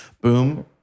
Boom